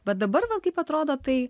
bet dabar vat kaip atrodo tai